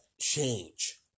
change